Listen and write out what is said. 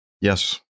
Yes